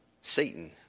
Satan